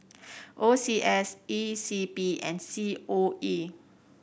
O C S E C P and C O E